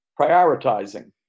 prioritizing